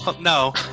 no